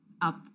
up